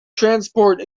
transport